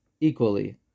equally